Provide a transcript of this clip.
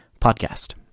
podcast